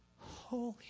holy